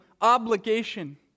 obligation